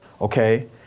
okay